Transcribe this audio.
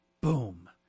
boom